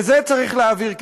לזה צריך להעביר כסף.